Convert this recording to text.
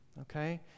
okay